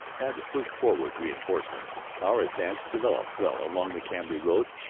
had pushed forward reinforcements. our advance developed well along the cambrai road,